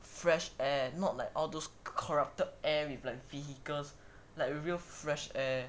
fresh air not like all those corrupted air with like vehicles like real fresh air